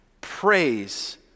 Praise